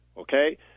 okay